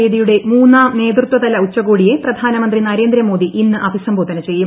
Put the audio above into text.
വേദിയുടെ മൂന്നാം നേതൃത്വതല ഉച്ചകോടിയെ പ്രധാനമന്ത്രി നരേന്ദ്ര മോദി ഇന്ന് അഭിസംബോധന ചെയ്യും